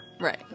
Right